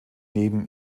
neben